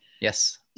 Yes